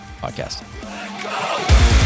Podcast